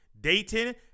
Dayton